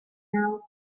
now